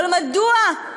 אבל מדוע,